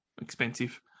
expensive